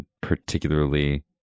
particularly